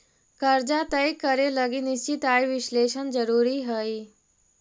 कर्जा तय करे लगी निश्चित आय विश्लेषण जरुरी हई